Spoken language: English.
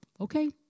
Okay